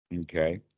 Okay